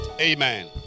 amen